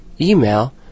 email